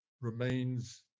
remains